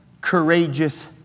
courageous